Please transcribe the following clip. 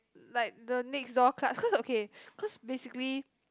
like the next door class okay cause basically